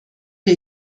wir